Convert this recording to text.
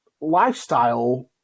lifestyle